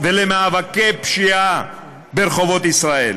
ולמאבקי פשיעה ברחובות ישראל,